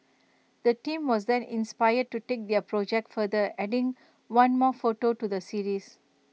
the team was then inspired to take their project further adding one more photo to the series